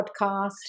podcast